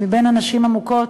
בין הנשים המוכות.